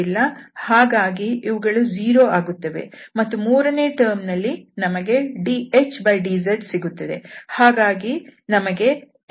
ಹಾಗಾಗಿ ಇವುಗಳು 0 ಆಗುತ್ತವೆ ಮತ್ತು ಮೂರನೇ ಟರ್ಮ್ನಲ್ಲಿ ನಮಗೆ dhdz ಸಿಗುತ್ತದೆ